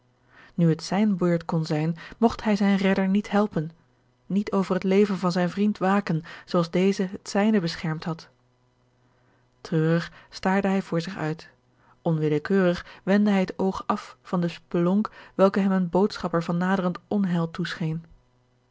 nu het zijne beurt kon zijn mogt hij zijn redder niet helpen niet over het leven van zijn vriend waken zooals deze het zijne beschermd had treurig staarde hij voor zich uit onwillekeurig wendde hij het oog af van de spelonk welke hem een boodschapper van naderend onheil toescheen